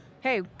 hey